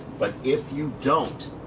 but if you don't,